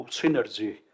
synergy